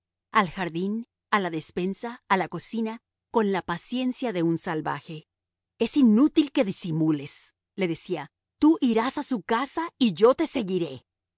al jardín a la despensa a la cocina con la paciencia de un salvaje es inútil que disimules le decía tú irás a su casa y yo te seguiré